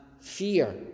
fear